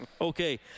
Okay